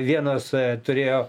vienos turėjo